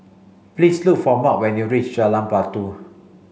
please look for Marc when you reach Jalan Batu